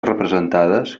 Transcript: representades